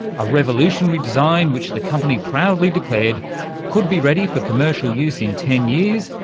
a revolutionary design which the company proudly declared could be ready for commercial use in ten years,